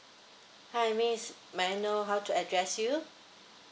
hi miss may I know how to address you